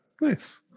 nice